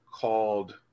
called